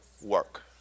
work